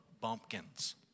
bumpkins